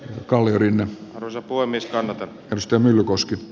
kalliorinne rosa voimistaa tästä myllykoski